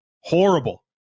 Horrible